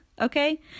Okay